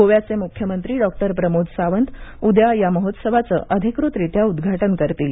गोव्याचे मुख्य मंत्री डॉक्टर प्रमोद सावंत उद्या या महोसतवाचं अधिकृतरीत्या उद्घाटन करतील